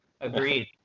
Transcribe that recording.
Agreed